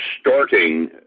starting